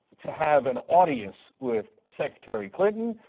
to have an audience with secretary clinton,